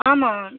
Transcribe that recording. ஆமாம்